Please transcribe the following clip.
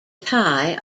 tie